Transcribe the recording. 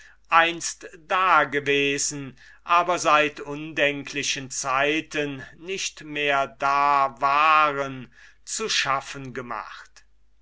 einst da gewesen aber seit undenklichen zeiten nicht mehr da waren zu tun gemacht